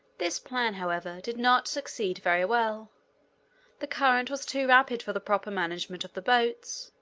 this plan, however, did not succeed very well the current was too rapid for the proper management of the boats.